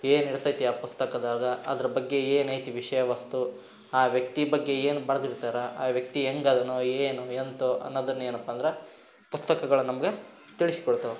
ಏನಿರ್ತೈತಿ ಆ ಪುಸ್ತಕದಾಗ ಅದ್ರ ಬಗ್ಗೆ ಏನೈತಿ ವಿಷಯ ವಸ್ತು ಆ ವ್ಯಕ್ತಿ ಬಗ್ಗೆ ಏನು ಬರ್ದಿರ್ತಾರೆ ಆ ವ್ಯಕ್ತಿ ಹೇಗದನೋ ಏನೋ ಎಂತೋ ಅನ್ನೋದನ್ನೇನಪ್ಪ ಅಂದ್ರೆ ಪುಸ್ತಕಗಳು ನಮ್ಗೆ ತಿಳಿಸಿಕೊಡ್ತಾವ್